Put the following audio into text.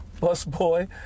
busboy